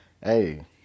hey